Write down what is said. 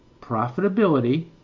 profitability